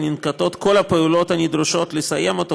וננקטות כל הפעולות הנדרשות לסיים אותו,